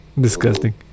Disgusting